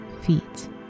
feet